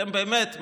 אתם באמת מדברים,